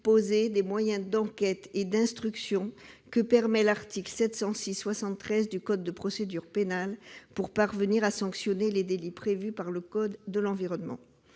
des moyens d'enquête et d'instruction prévus à l'article 706-73 du code de procédure pénale pour parvenir à sanctionner les délits prévus par le code de l'environnement.